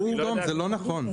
זה לא נכון.